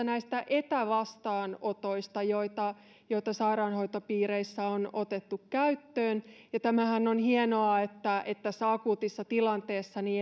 näistä etävastaanotoista joita sairaanhoitopiireissä on otettu käyttöön ja tämähän on hienoa että että tässä akuutissa tilanteessa